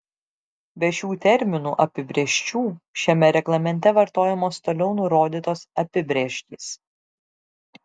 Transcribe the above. be šių terminų apibrėžčių šiame reglamente vartojamos toliau nurodytos apibrėžtys